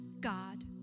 God